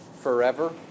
forever